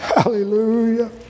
Hallelujah